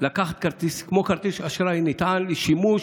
לקחת כרטיס כמו כרטיס אשראי נטען לשימוש,